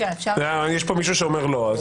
יש פה מישהו שאומר לא.